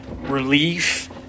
Relief